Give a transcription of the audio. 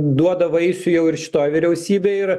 duoda vaisių jau ir šitoj vyriausybėj ir